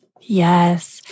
Yes